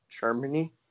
Germany